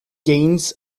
gains